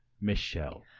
Michelle